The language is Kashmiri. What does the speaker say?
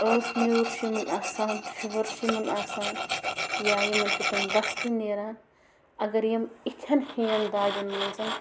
ٲس نیوٗر چھِ یِمَن آسان فِوَر چھِ یِمَن آسان یا یِمَن چھِ تِم بَستہٕ نیران اگر یِم یِتھٮ۪ن ہِوٮ۪ن دادٮ۪ن منٛز